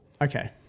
Okay